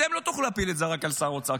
אתם לא תוכלו להפיל את זה רק על שר האוצר,